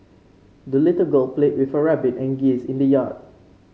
the little girl played with her rabbit and geese in the yard